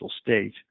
state